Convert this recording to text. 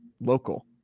local